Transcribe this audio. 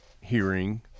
hearing